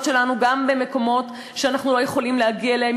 שלנו גם במקומות שאנחנו לא יכולים להגיע אליהם,